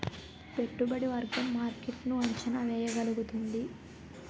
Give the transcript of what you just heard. పెట్టుబడి వర్గం మార్కెట్ ను అంచనా వేయగలుగుతుంది